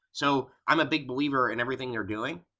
so i'm a big believer in everything they're doing,